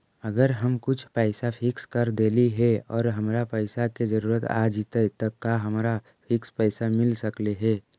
अगर हम कुछ पैसा फिक्स कर देली हे और हमरा पैसा के जरुरत आ जितै त का हमरा फिक्स पैसबा मिल सकले हे?